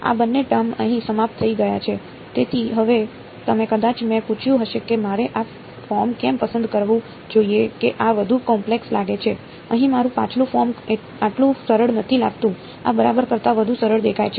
તેથી હવે તમે કદાચ મેં પૂછ્યું હશે કે મારે આ ફોર્મ કેમ પસંદ કરવું જોઈએ કે આ વધુ કોમ્પ્લેક્સ લાગે છે અહીં મારું પાછલું ફોર્મ આટલું સરળ નથી લાગતું આ બરાબર કરતાં વધુ સરળ દેખાય છે